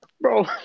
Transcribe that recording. Bro